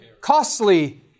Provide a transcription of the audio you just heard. costly